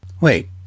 Wait